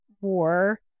war